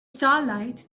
starlight